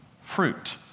Fruit